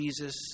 Jesus